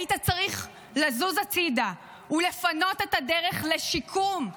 היית צריך לזוז הצידה ולפנות את הדרך לשיקום,